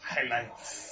Highlights